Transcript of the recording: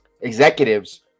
executives